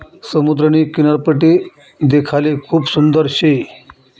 समुद्रनी किनारपट्टी देखाले खूप सुंदर शे